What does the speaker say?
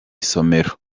isomero